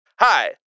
Hi